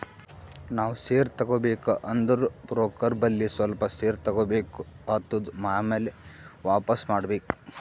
ನಾವ್ ಶೇರ್ ತಗೋಬೇಕ ಅಂದುರ್ ಬ್ರೋಕರ್ ಬಲ್ಲಿ ಸ್ವಲ್ಪ ಶೇರ್ ತಗೋಬೇಕ್ ಆತ್ತುದ್ ಆಮ್ಯಾಲ ವಾಪಿಸ್ ಮಾಡ್ಬೇಕ್